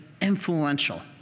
influential